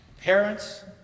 parents